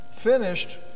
Finished